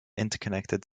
interconnected